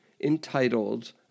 entitled